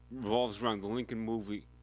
involves around the lincoln movie,